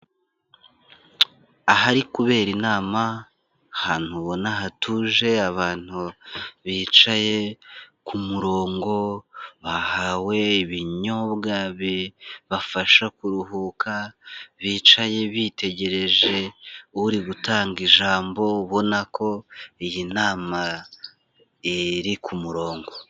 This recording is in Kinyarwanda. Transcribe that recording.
Ahari kubera inama hantu ubona hatuje abantu bicaye ku murongo, bahawe ibinyobwa bibafasha kuruhuka, bicaye bitegereje uri gutanga ijambo ubona ko iyi nama iri ku murongo.